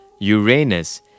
Uranus